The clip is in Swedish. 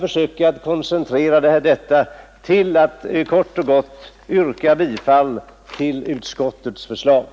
Jag skall koncentrera detta genom att kort och gott be att få yrka bifall till utskottets hemställan.